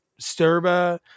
Sturba